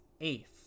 eighth